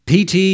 PT